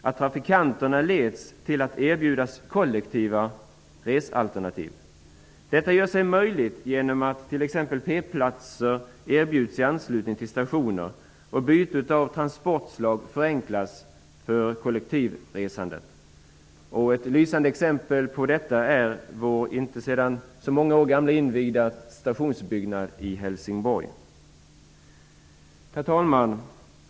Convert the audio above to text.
Detta är möjligt t.ex. genom att man erbjuder p-platser i anslutning till stationer och genom att byte av transportslag förenklas för kollektivresandet. Ett lysande exempel på detta är vår för inte så många år sedan invigda stationsbyggnad i Helsingborg. Herr talman!